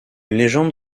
légende